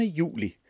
juli